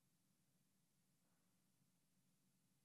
------ כפול